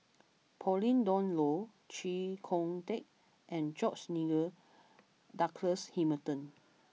Pauline Dawn Loh Chee Kong Tet and George Nigel Douglas Hamilton